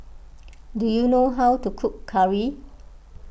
do you know how to cook Curry